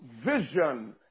Vision